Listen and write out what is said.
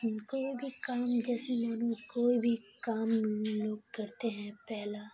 ہم کوئی بھی کام جیسے مانو کوئی بھی کام لوگ کرتے ہیں پہلا